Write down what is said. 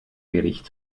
gericht